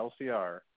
LCR